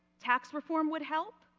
tax reform would help.